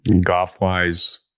golf-wise